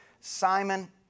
Simon